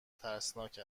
ترسناک